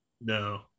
no